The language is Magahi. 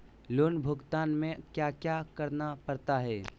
लोन भुगतान में क्या क्या करना पड़ता है